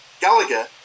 Gallagher